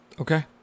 Okay